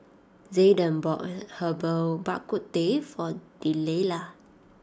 Zayden bought Herbal Bak Ku Teh for Delilah